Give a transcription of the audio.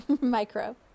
micro